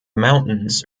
mountains